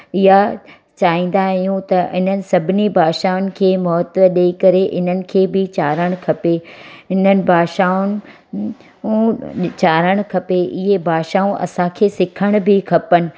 इहो चाहींदा आहियूं त इन्हनि सभिनी भाषाउनि खे महत्वु ॾेई करे इन्हनि खे बि चाढ़णु खपे इन्हनि भाषाउनि उहो वीचारणु खपे इहे भाषाऊं असांखे सिखण बि खपनि